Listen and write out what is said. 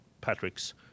Patrick's